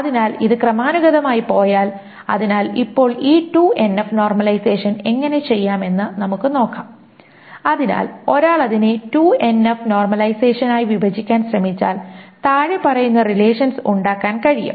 അതിനാൽ ഇത് ക്രമാനുഗതമായി പോയാൽ അതിനാൽ ഇപ്പോൾ ഈ 2NF നോർമലൈസേഷൻ എങ്ങനെ ചെയ്യാമെന്ന് നമുക്ക് നോക്കാം അതിനാൽ ഒരാൾ അതിനെ 2NF നോർമലൈസേഷനായി വിഭജിക്കാൻ ശ്രമിച്ചാൽ താഴെ പറയുന്ന റിലേഷൻസ് ഉണ്ടാക്കാൻ കഴിയും